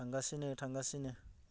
थांगासिनो थांगासिनो